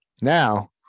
now